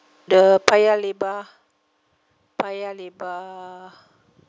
the paya lebar paya lebar